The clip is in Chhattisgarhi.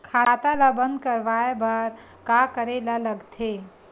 खाता ला बंद करवाय बार का करे ला लगथे?